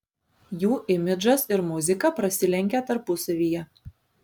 jų imidžas ir muzika prasilenkia tarpusavyje